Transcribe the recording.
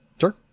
Sure